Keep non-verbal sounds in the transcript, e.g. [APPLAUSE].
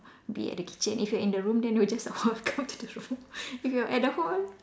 be at the kitchen if you're in the room then they'll just all come to the room [LAUGHS] if you're at the hall